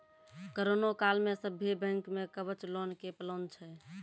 corona काल मे सभ्भे बैंक मे कवच लोन के प्लान छै